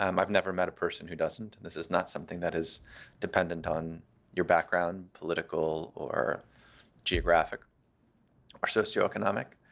um i've never met a person who doesn't, and this is not something that is dependent on your background political or geographic or socioeconomic.